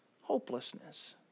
Hopelessness